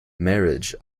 marriage